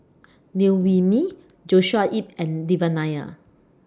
Liew Wee Mee Joshua Ip and Devan Nair